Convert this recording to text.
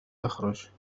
تخرج